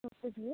okay sir